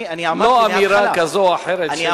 לא אמירה כזאת או אחרת של מאן דהוא.